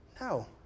No